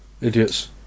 Idiots